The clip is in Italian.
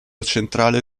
centrale